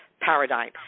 paradigm